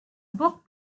book